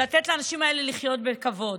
ולתת לאנשים האלה לחיות בכבוד.